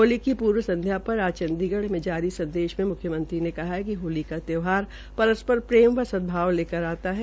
होली की पूर्व संध्या पर आज चंडीगढ़ में जारी संदेश में म्ख्यमंत्री ने कहा कि होली का त्यौहर परस्पर प्रेम व सदभाव लेकर आता है